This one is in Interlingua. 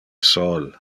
sol